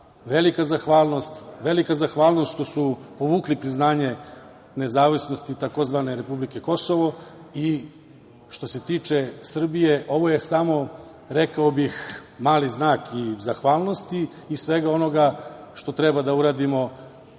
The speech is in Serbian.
velika zahvalnost što su povukli priznanje nezavisnosti tzv. republike Kosovo. Što se tiče Srbije, ovo je samo, rekao bih, mali znak i zahvalnosti i svega onoga što treba da uradimo